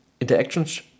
Interactions